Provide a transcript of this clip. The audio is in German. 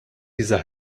dieser